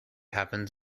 happens